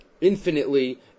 infinitely